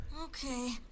Okay